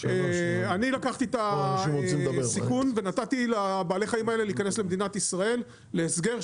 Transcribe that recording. אני לקחתי את הסיכון ונתתי לבעלי החיים האלה להיכנס למדינת ישראל להסגר,